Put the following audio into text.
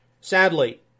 Sadly